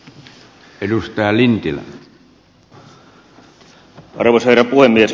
arvoisa herra puhemies